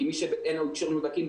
כי מי שאין לו אישור ניהול תקין,